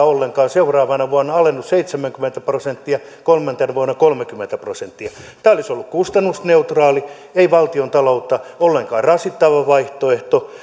ollenkaan seuraavana vuonna alennus seitsemänkymmentä prosenttia kolmantena vuonna kolmekymmentä prosenttia tämä olisi ollut kustannusneutraali ei valtiontaloutta ollenkaan rasittava vaihtoehto